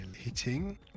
hitting